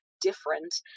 different